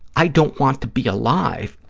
i don't want to be alive,